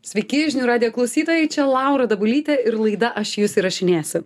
sveiki žinių radijo klausytojai čia laura dabulytė ir laida aš jus įrašinėsiu